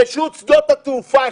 רשות שדות התעופה,